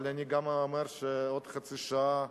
אבל אני גם אומר שבעוד חצי שנה,